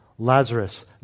Lazarus